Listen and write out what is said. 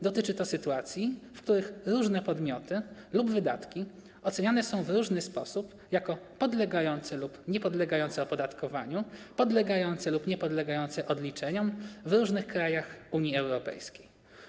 Dotyczy to sytuacji, w których różne podmioty lub wydatki oceniane są w różny sposób: jako podlegające lub niepodlegające opodatkowaniu, podlegające lub niepodlegające odliczeniom w różnych krajach Unii Europejskiej.